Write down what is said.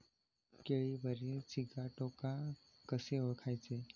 केळीवरील सिगाटोका कसे ओळखायचे?